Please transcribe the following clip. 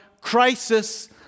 crisis